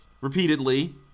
repeatedly